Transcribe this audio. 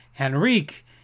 Henrique